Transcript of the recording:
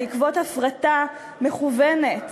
בעקבות הפרטה מכוונת,